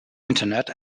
internet